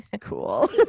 cool